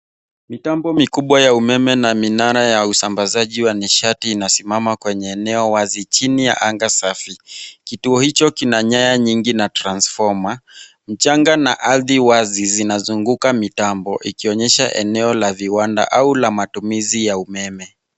Mitambo mikubwa ya umeme na minara ya usambazaji wa nishati, ina simama kwenye eneo wazi , chini ya anga safi. Kituo hicho kina nyaya nyingi na transfoma, mchanga na ardhi wazi zinazunguka mitambo, ikionyesha eneo la viwanda au la matumizi ya umeme.